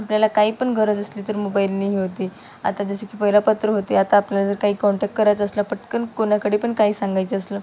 आपल्याला काही पण गरज असली तर मोबाईलने ही होते आता जसं की पहिला पत्र होते आता आपल्याला काही कॉन्टॅक्ट करायचं असला पटकन कोणाकडे पण काही सांगायचं असलं